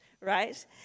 right